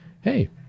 Hey